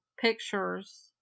pictures